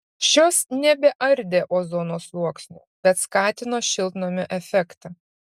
šios nebeardė ozono sluoksnio bet skatino šiltnamio efektą